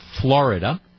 florida